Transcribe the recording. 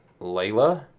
Layla